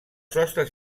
sostres